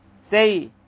Say